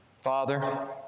Father